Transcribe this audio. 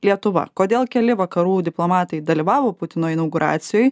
lietuva kodėl keli vakarų diplomatai dalyvavo putino inauguracijoj